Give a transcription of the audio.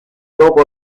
dopo